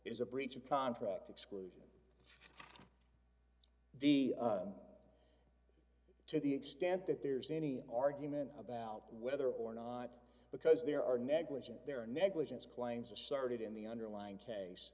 is a breach of contract exclusion the to the extent that there's any argument about whether or not because they are negligent their negligence claims asserted in the underlying case